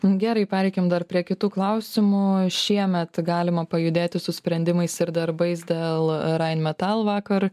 gerai pereikim dar prie kitų klausimų šiemet galima pajudėti su sprendimais ir darbais dėl rheinmetall vakar